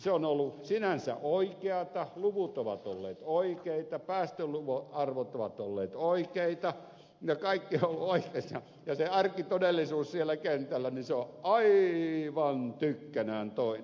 se on ollut sinänsä oikeata luvut ovat olleet oikeita päästöarvot ovat olleet oikeita ja kaikki ovat olleet oikeassa mutta se arkitodellisuus siellä kentällä on aivan tykkänään toinen